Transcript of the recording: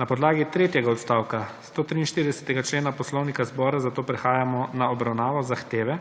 Na podlagi tretjega odstavka 143. člena Poslovnika zbora, zato prehajamo na obravnavo zahteve,